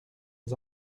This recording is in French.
ils